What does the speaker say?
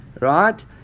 Right